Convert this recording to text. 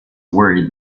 worried